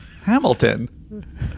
hamilton